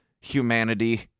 humanity